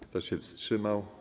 Kto się wstrzymał?